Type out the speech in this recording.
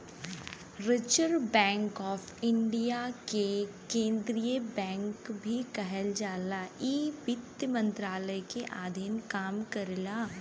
reserve bank of India के केंद्रीय bank भी कहल जाला इ वित्त मंत्रालय के अधीन काम करला